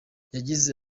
yagize